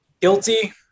Guilty